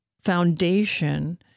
foundation